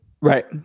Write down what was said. Right